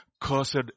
Cursed